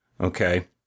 Okay